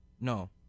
no